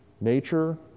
nature